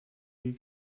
you